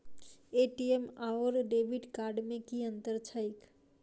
ATM आओर debit card मे की अंतर छैक?